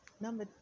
Number